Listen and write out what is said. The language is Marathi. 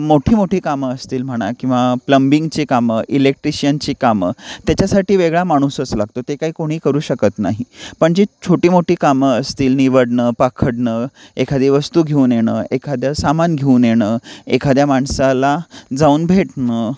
मोठी मोठी कामं असतील म्हणा किंवा प्लंमबिंगची कामं इलेक्ट्रिशियनची कामं त्याच्यासाठी वेगळा माणूसच लागतो ते काही कोणी करू शकत नाही पण जे छोटी मोठी कामं असतील निवडणं पाखडणं एखादी वस्तू घेऊन येणं एखाद्या सामान घेऊन येणं एखाद्या माणसाला जाऊन भेटणं